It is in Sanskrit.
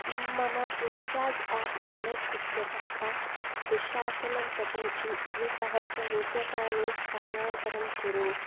मम फ़्रीचार्ज् एप् वालेट् इत्यतः दुःशासनं प्रति द्विसहस्ररूप्यकाणि स्थानान्तरं कुरु